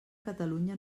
catalunya